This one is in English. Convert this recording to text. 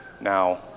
now